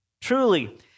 Truly